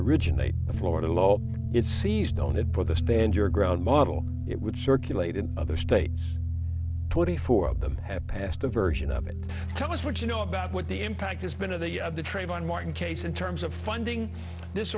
originate the florida law it's seized on it for the stand your ground model it would circulated other states twenty four of them have passed a version of it tell us what you know about what the impact has been of the of the trayvon martin case in terms of funding this